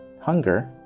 hunger